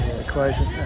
equation